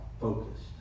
focused